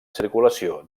circulació